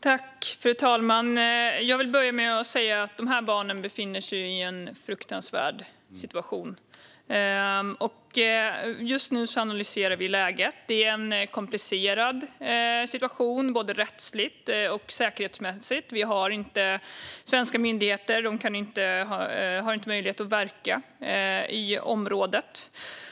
Fru talman! Dessa barn befinner sig i en fruktansvärd situation. Just nu analyserar vi läget. Det är en komplicerad situation rättsligt och säkerhetsmässigt. Svenska myndigheter har inte möjlighet att verka i området.